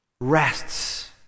rests